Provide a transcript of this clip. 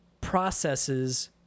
processes